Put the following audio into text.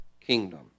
kingdom